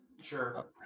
Sure